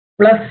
Plus